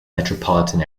metropolitan